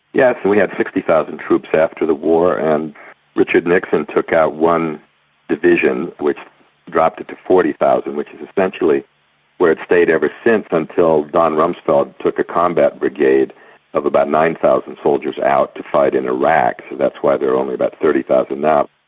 yes, we had sixty thousand troops after the war and richard nixon took out one division which dropped it to forty thousand which is essentially where it stayed ever since, until donald rumsfeld took a combat brigade of about nine thousand soldiers out to fight in iraq, so that's why there are only about thirty thousand now.